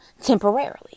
temporarily